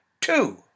two